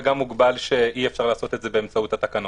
וגם מוגבל שאי אפשר לעשות את זה באמצעות התקנות.